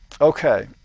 Okay